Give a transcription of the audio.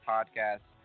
Podcast